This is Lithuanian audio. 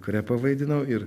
krepą vaidinau ir